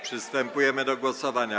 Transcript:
Przystępujemy do głosowania.